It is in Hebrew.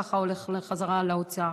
כך היה הולך חזרה לאוצר.